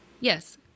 Yes